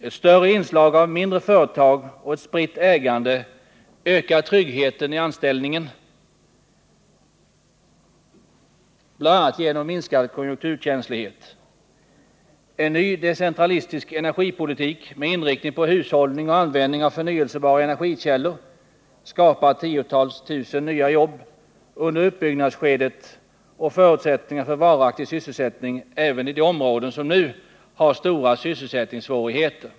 Ett större inslag av mindre företag och ett spritt ägande ökar tryggheten i sysselsättningen, bl.a. genom minskad konjunkturkänslighet. En ny decentralistisk energipolitik med inriktning på hushållning och användning av förnyelsebara energikällor skapar 10 000-tals nya jobb under uppbyggnadsskedet och förutsättningar för varaktig tillgång på arbete även i de områden som nu har stora sysselsättningssvårigheter.